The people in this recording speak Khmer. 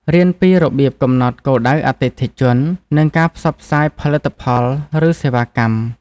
រៀនពីរបៀបកំណត់គោលដៅអតិថិជន និងការផ្សព្វផ្សាយផលិតផលឬសេវាកម្ម។